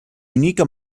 unique